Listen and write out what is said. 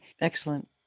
excellent